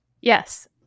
Yes